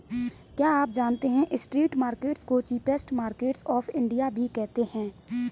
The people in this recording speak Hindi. क्या आप जानते है स्ट्रीट मार्केट्स को चीपेस्ट मार्केट्स ऑफ इंडिया भी कहते है?